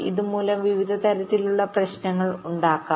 ഇതുമൂലം വിവിധ തരത്തിലുള്ള പ്രശ്നങ്ങൾ ഉണ്ടാകാം